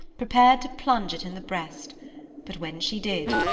prepared to plunge it in the breast but when she did,